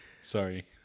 Sorry